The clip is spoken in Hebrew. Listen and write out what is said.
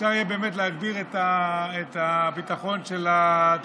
אפשר יהיה באמת להגביר את הביטחון של התושבים.